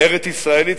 ארץ-ישראלית,